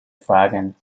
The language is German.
fragen